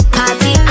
party